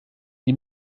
die